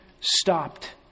stopped